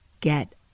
get